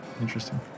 Interesting